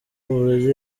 buryo